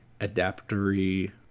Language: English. adaptory